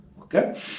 Okay